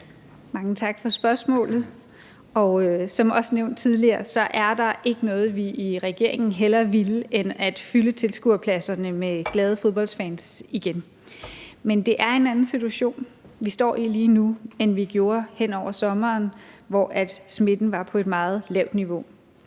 Mange tak for spørgsmålet. Som også nævnt tidligere er der ikke noget, vi i regeringen hellere ville end at fylde tilskuerpladserne med glade fodboldfans igen. Men det er en anden situation, vi står i lige nu, end vi gjorde hen over sommeren, hvor smitten var på et meget lavt niveau.